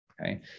okay